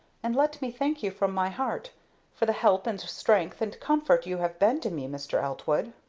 and let me thank you from my heart for the help and strength and comfort you have been to me, mr. eltwood.